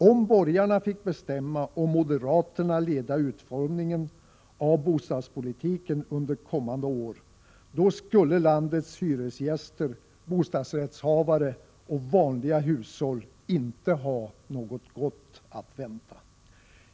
Om borgarna fick bestämma och moderaterna leda utformningen av bostadspolitiken under kommande år, skulle landets hyresgäster, bostadsrättshavare och vanliga hushåll inte ha något gott att vänta.